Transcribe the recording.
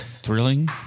thrilling